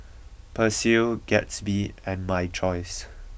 Persil Gatsby and my choice